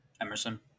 Emerson